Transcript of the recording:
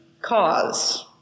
cause